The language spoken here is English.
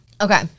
okay